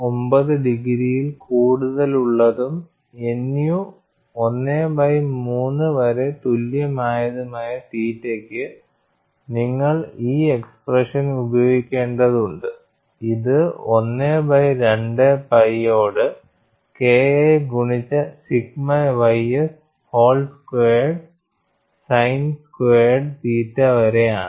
9 ഡിഗ്രിയിൽ കൂടുതലുള്ളതും nu 1 by 3 വരെ തുല്യമായതുമായ തീറ്റയ്ക്ക് നിങ്ങൾ ഈ എക്സ്പ്രെഷൻ ഉപയോഗിക്കേണ്ടതുണ്ട് ഇത് 1 ബൈ 2 പൈ യോട് KI ഗുണിച്ച sigma ys whole squared sine squared theta വരെയാണ്